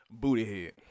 Bootyhead